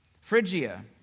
Phrygia